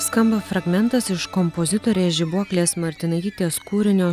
skamba fragmentas iš kompozitorės žibuoklės martinaitytės kūrinio